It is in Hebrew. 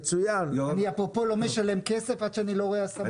אני אפרופו לא משלם כסף עד שאני לא רואה השמה.